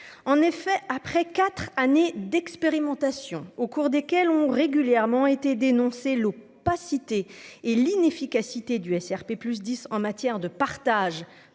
En effet, après quatre ans d'expérimentation, au cours desquelles ont régulièrement été dénoncées l'opacité et l'inefficacité du SRP+10 en matière de partage